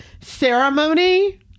ceremony